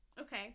Okay